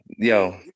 Yo